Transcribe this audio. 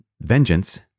vengeance